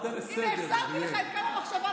הינה, החזרתי לך את קו המחשבה,